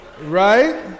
Right